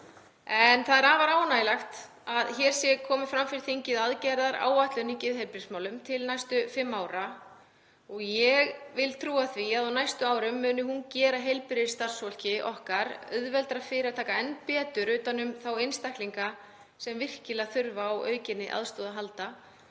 Það er afar ánægjulegt að hér sé komin fyrir þingið aðgerðaáætlun í geðheilbrigðismálum til næstu fimm ára. Ég vil trúa því að á næstu árum muni hún gera heilbrigðisstarfsfólki okkar auðveldara að taka enn betur utan um þá einstaklinga sem virkilega þurfa á aukinni aðstoð að halda